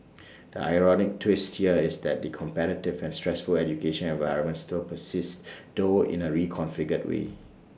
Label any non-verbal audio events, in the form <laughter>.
<noise> the ironic twist here is that the competitive and stressful education environment still persists <noise> though in A reconfigured way